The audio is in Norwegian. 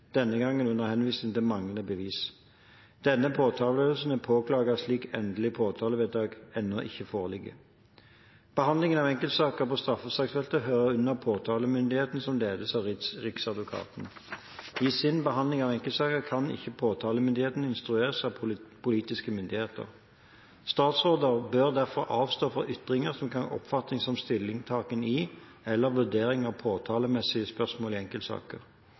denne gangen under henvisning til manglende bevis. Denne påtaleavgjørelsen er påklaget slik at endelig påtalevedtak ennå ikke foreligger. Behandlingen av enkeltsaker på straffesaksfeltet hører under påtalemyndigheten, som ledes av Riksadvokaten. I sin behandling av enkeltsaker kan ikke påtalemyndigheten instrueres av politiske myndigheter. Statsråder bør derfor avstå fra ytringer som kan oppfattes som stillingtaken i eller vurdering av påtalemessige spørsmål i enkeltsaker.